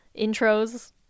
intros